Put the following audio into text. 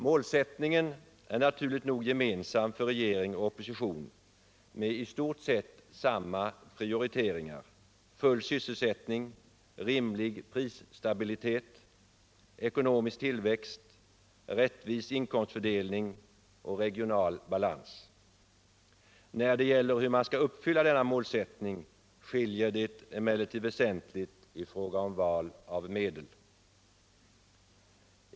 Målsättningen är naturligt nog gemensam för regering och opposition med i stort sett samma prioriteringar: full sysselsättning, rimlig prisstabilitet. ekonomisk tillväxt, rättvis inkomstfördelning och regional balans. När det gäller hur man skall uppfylla denna målsättning skiljer det emellertid väsentligt i fråga om val av medel.